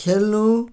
खेल्नु